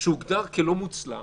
שהוגדר כלא מוצלח,